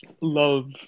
Love